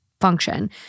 function